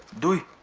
do you